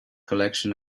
collection